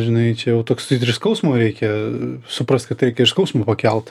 žinai čia jau toks skausmo reikia suprast kad reikia ir skausmą pakelt